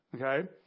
Okay